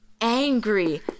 angry